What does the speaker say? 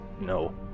No